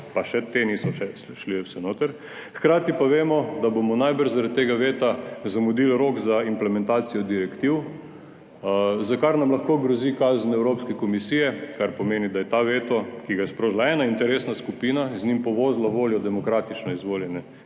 pa še te niso šle vse noter, hkrati pa vemo, da bomo najbrž zaradi tega veta zamudili rok za implementacijo direktiv, za kar nam lahko grozi kazen Evropske komisije, kar pomeni, da je ta veto, ki ga je sprožila ena interesna skupina in z njim povozila voljo demokratično izvoljene